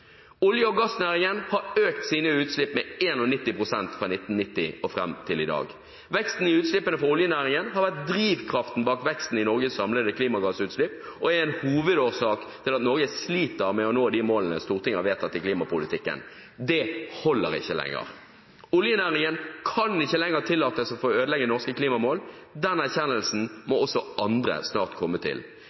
Olje- og gassnæringen har økt sine utslipp med 91 pst. fra 1990 og fram til i dag. Veksten i utslippene fra oljenæringen har vært drivkraften bak veksten i Norges samlede klimagassutslipp og er en hovedårsak til at Norge sliter med å nå de målene Stortinget har vedtatt i klimapolitikken. Det holder ikke lenger. Oljenæringen kan ikke lenger tillates å få ødelegge norske klimamål. Den erkjennelsen må også andre snart komme til.